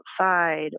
outside